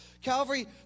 Calvary